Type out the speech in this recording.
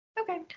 Okay